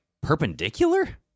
perpendicular